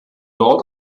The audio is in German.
dort